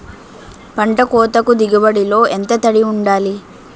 పంట కోతకు దిగుబడి లో ఎంత తడి వుండాలి?